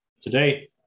today